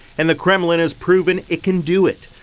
and the kremlin has proven it can do it.